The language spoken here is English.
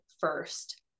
first